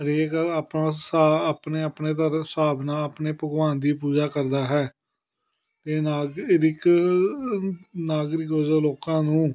ਹਰੇਕ ਆਪਣਾ ਹਿਸਾ ਆਪਣੇ ਆਪਣੇ ਹਿਸਾਬ ਨਾਲ ਆਪਣੇ ਭਗਵਾਨ ਦੀ ਪੂਜਾ ਕਰਦਾ ਹੈ ਅਤੇ ਨਾ ਇਹਦੀ ਕ ਨਾਗਰਿਕ ਵਜੋਂ ਲੋਕਾਂ ਨੂੰ